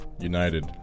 United